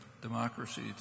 Democracy